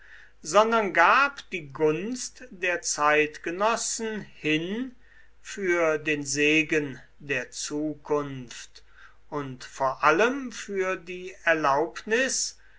sondern gab die gunst der zeitgenossen hin für den segen der zukunft und vor allem für die erlaubnis